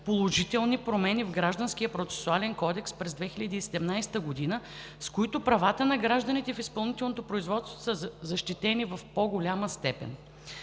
положителни промени в Гражданския процесуален кодекс през 2017 г., с които правата на гражданите в изпълнителното производство са защитени в по-голяма степен.